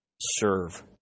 serve